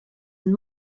and